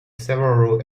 several